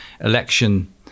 election